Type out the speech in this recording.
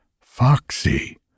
Foxy